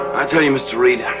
i tell you, mr. reid,